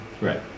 Right